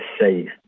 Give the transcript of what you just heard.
safe